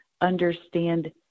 understand